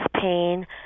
pain